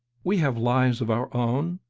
we have lives of our own.